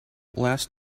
last